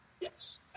Yes